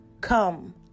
come